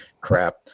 crap